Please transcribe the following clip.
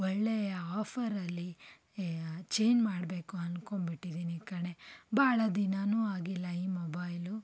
ಒಳ್ಳೆಯ ಆಫ಼ರಲ್ಲಿ ಚೇಂಜ್ ಮಾಡ್ಬೇಕು ಅನ್ಕೊಂಡ್ಬಿಟ್ಟಿದೀನಿ ಕಣೆ ಭಾಳ ದಿನಾನು ಆಗಿಲ್ಲ ಈ ಮೊಬಾಯ್ಲ್